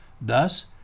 Thus